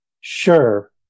sure